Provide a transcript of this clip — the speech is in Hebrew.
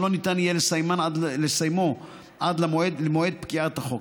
ולא ניתן יהיה לסיימו עד למועד פקיעת החוק.